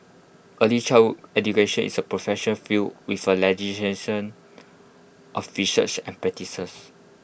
early child education is A professional field with A of research and practices